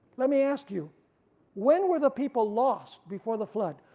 let me ask you when were the people lost before the flood?